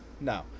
no